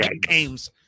Games